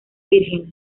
vírgenes